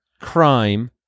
crime